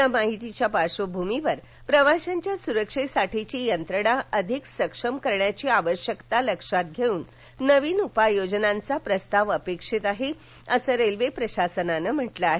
या माहितीच्या पार्श्वभूमीवर प्रवाश्यांच्या सुरक्षेसाठीची यंत्रणा अधिक सक्षम करण्याची आवशक्यता लक्षात धेऊन नवीन उपाययोजनेचा प्रस्ताव अपेक्षित आहे अस रेल्वे प्रशासनान म्हंटल आहे